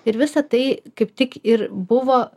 ir visa tai kaip tik ir buvo